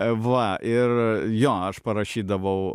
va ir jo aš parašydavau